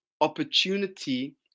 opportunity